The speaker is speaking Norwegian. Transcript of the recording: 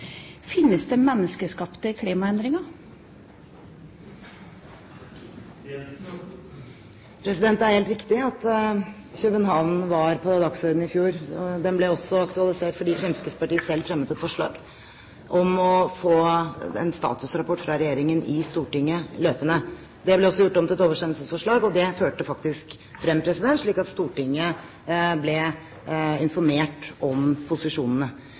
Finnes det menneskeskapte klimaendringer? Det er helt riktig at København var på dagsordenen i fjor. Det ble også aktualisert fordi Fremskrittspartiet selv fremmet et forslag om løpende å få en statusrapport fra regjeringen i Stortinget. Det ble gjort om til et oversendelsesforslag, og det førte faktisk frem, slik at Stortinget ble informert om posisjonene.